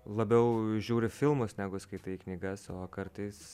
labiau žiūri filmus negu skaitai knygas o kartais